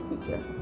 teacher